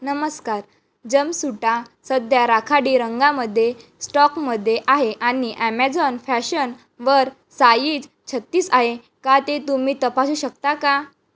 नमस्कार जमसूटा सध्या राखाडी रंगामध्ये स्टॉकमध्ये आहे आणि ॲमेझॉन फॅशनवर साईज छत्तीस आहे का ते तुम्ही तपासू शकता का